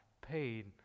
paid